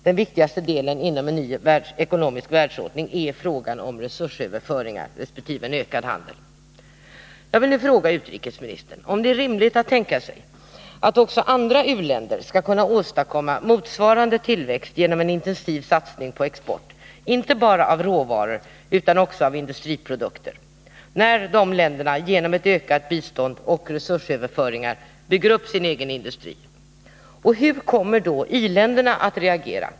Den viktigaste delen inom en ny ekonomisk världsordning är frågan om resursöverföringar resp. en ökad handel. Jag vill nu fråga utrikesministern om det är rimligt att tänka sig att också andra u-länder skall kunna åstadkomma motsvarande tillväxt genom en intensiv satsning på export, inte bara av råvaror utan också av industriprodukter, när dessa länder genom ökat bistånd och resursöverföringar bygger upp sin egen industri. Hur kommer då i-länderna att reagera?